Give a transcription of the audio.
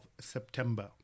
September